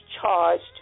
charged